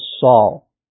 Saul